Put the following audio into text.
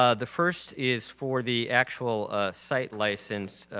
ah the first is for the actual site license.